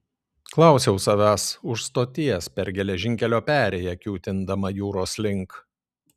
klausiau savęs už stoties per geležinkelio perėją kiūtindama jūros link